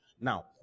Now